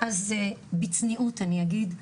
אז בצניעות אני אגיד,